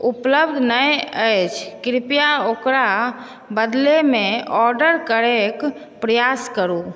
उपलब्ध नहि अछि कृपया ओकरा बदलेमे ऑर्डर करैक प्रयास करु